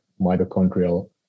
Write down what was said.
mitochondrial